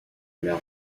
mer